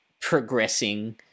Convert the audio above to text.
progressing